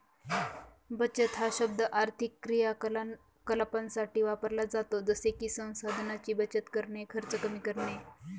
बचत हा शब्द आर्थिक क्रियाकलापांसाठी वापरला जातो जसे की संसाधनांची बचत करणे, खर्च कमी करणे